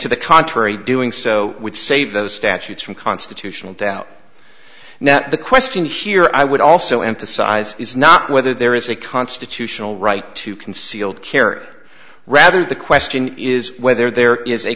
to the contrary doing so would save those statutes from constitutional doubt now the question here i would also emphasize is not whether there is a constitutional right to concealed care rather the question is whether there is a